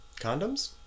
condoms